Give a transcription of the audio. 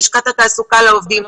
ללשכת התעסוקה לגבי העובדים,